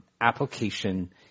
application